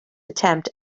attempt